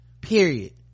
period